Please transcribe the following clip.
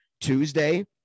tuesday